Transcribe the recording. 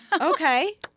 Okay